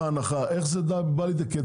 איך זה בא לידי ביטוי?